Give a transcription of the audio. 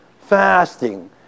Fasting